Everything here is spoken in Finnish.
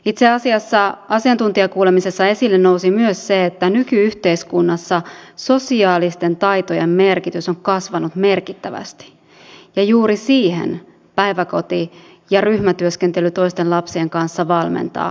itse asiassa asiantuntijakuulemisessa nousi esille myös se että nyky yhteiskunnassa sosiaalisten taitojen merkitys on kasvanut merkittävästi ja juuri siihen päiväkoti ja ryhmätyöskentely toisten lapsien kanssa valmentaa näitä lapsia